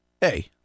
Hey